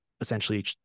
essentially